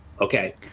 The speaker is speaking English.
okay